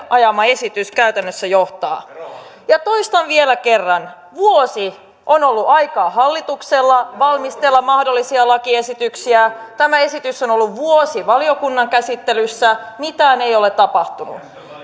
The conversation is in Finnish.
ajamanne esitys käytännössä johtaa ja toistan vielä kerran vuosi on ollut aikaa hallituksella valmistella mahdollisia lakiesityksiä tämä esitys on on ollut vuoden valiokunnan käsittelyssä mitään ei ole tapahtunut